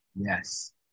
Yes